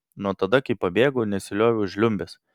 nuo tada kai pabėgau nesilioviau žliumbęs